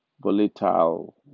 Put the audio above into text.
volatile